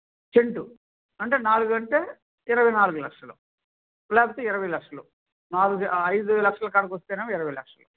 scent అంటే నాలుగు అంటే ఇరవై నాలుగు లక్షలు లేకపోతే ఇరవై లక్షలు నాలుగు ఐదు లక్షలు కాడకు వస్తే ఏమో ఇరవై లక్షలు